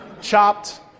Chopped